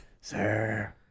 Sir